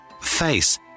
Face